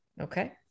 okay